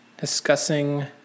discussing